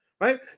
right